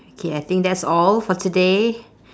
okay I think that's all for today